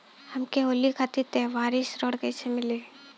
हमके होली खातिर त्योहारी ऋण कइसे मीली?